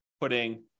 putting